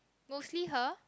mostly her